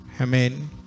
Amen